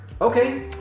Okay